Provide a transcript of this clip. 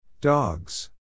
Dogs